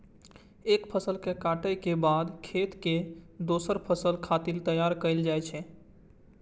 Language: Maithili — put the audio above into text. एक फसल के कटाइ के बाद खेत कें दोसर फसल खातिर तैयार कैल जाइ छै